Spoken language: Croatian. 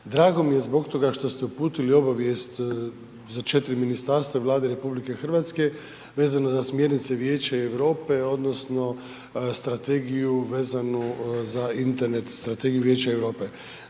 Drago mi je zbog toga što ste uputili obavijest za 4 ministarstva Vlade RH vezano za smjernice Vijeća Europe odnosno strategiju vezanu za internet strategiju Vijeća Europe.